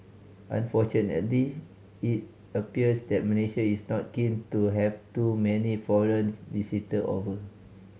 unfortunately it appears that Malaysia is not keen to have too many foreign visitor over